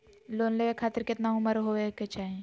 Loan लेवे खातिर केतना उम्र होवे चाही?